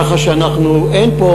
ככה שאין פה,